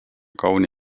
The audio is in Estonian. kauni